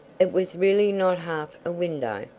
it was really not half a window,